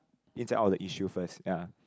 ins and out of the issue first ya